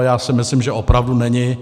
To si myslím, že opravdu není.